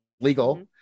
legal